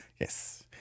Yes